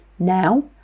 now